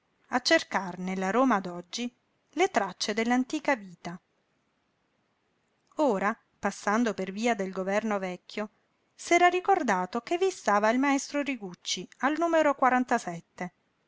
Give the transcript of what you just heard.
a cercar nella roma d'oggi le tracce dell'antica vita ora passando per via del governo vecchio s'era ricordato che vi stava il maestro rigucci al numero